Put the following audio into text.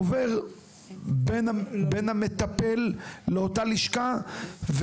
עוברים בין המטפל לבין אותה הלשכה,